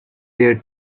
their